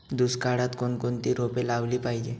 दुष्काळात कोणकोणती रोपे लावली पाहिजे?